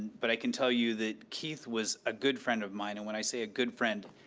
but i can tell you that keith was a good friend of mine, and when i say a good friend,